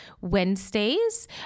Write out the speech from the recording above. Wednesdays